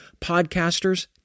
podcasters